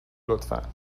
لطفا